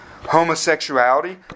homosexuality